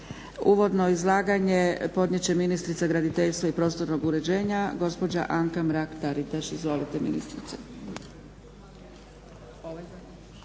Uvodno izlaganje podnijet će ministrica graditeljstva i prostornog uređenja gospođa Anka Mrak Taritaš. Izvolite ministrice.